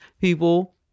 people